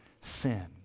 sin